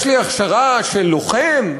יש לי הכשרה של לוחם?